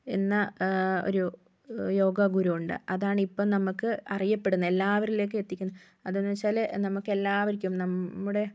എന്ന ഒരു യോഗാ ഗുരു ഉണ്ട് അതാണിപ്പം നമുക്ക് അറിയപ്പെടുന്ന എല്ലാവരിലേക്കും എത്തിക്കുന്ന അതെന്ന് വെച്ചാല് നമുക്കെല്ലാവർക്കും നമ്മുടെ